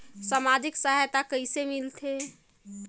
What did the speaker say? समाजिक सहायता कइसे मिलथे?